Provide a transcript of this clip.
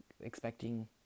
expecting